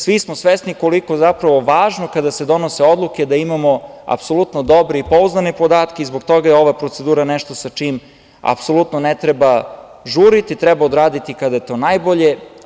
Svi smo svesni koliko zapravo, važno kada se donose odluke da imamo apsolutno dobre i pouzdane podatke i zbog toga je ova procedura nešto sa čim apsolutno ne treba žuriti, treba odraditi kada je to najbolje.